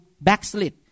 backslid